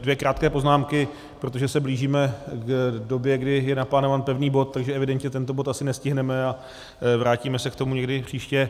Dvě krátké poznámky, protože se blížíme k době, kdy je naplánován pevný bod, takže evidentně tento bod asi nestihneme a vrátíme se k tomu někdy příště.